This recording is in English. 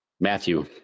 Matthew